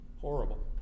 horrible